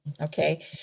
Okay